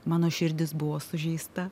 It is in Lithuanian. mano širdis buvo sužeista